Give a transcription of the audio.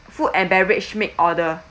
food and beverage make order